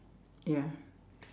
ya